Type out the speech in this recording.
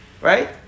right